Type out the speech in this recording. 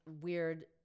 weird